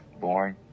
boring